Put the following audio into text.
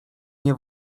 nie